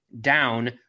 down